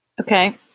Okay